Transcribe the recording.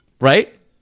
Right